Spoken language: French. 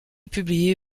publié